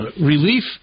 relief